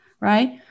right